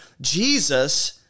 Jesus